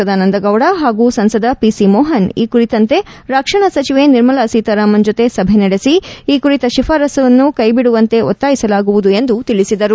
ಸದಾನಂದ ಗೌಡ ಹಾಗೂ ಸಂಸದ ಪಿಸಿ ಮೋಹನ್ಈ ಕುರಿತಂತೆ ರಕ್ಷಣಾ ಸಚಿವೆ ನಿರ್ಮಲಾ ಸೀತಾರಾಮನ್ ಜೊತೆ ಸಭೆ ನಡೆಸಿ ಈ ಕುರಿತ ಶಿಫಾರಸ್ಸನ್ನು ಕೈ ಬಿಡುವಂತೆ ಒತ್ತಾಯಿಸಲಾಗುವುದು ಎಂದು ತಿಳಿಸಿದರು